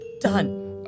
done